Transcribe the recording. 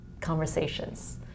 conversations